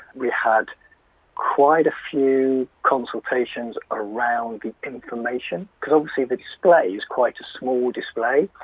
we had quite a few consultations around the information because obviously the display is quite a small display,